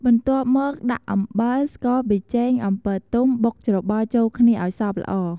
បន្ទាប់មកដាក់ អំបិល ស្ករ ប៊ីចេង អំពិលទុំ បុកច្របល់ចូលគ្នាឲ្យសព្វល្អ ។